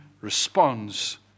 responds